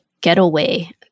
getaway